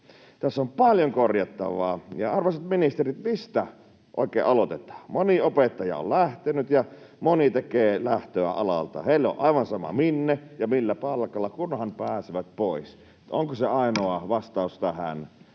Tässä on paljon korjattavaa. Ja arvoisat ministerit, mistä oikein aloitetaan? Moni opettaja on lähtenyt ja moni tekee lähtöä alalta. Heille on aivan sama, minne ja millä palkalla, kunhan pääsevät pois. Mutta onko se ainoa vastaus tähän: